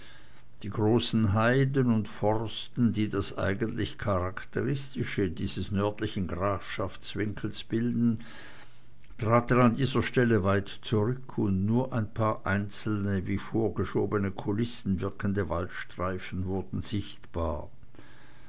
die großen heiden und forsten die das eigentlich charakteristische dieses nordöstlichen grafschaftswinkels bilden traten an dieser stelle weit zurück und nur ein paar einzelne wie vorgeschobene kulissen wirkende waldstreifen wurden sichtbar